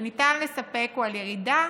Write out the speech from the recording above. שניתן לספק הוא על ירידה